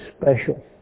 special